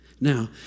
Now